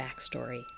backstory